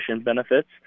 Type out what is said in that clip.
benefits